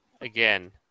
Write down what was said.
again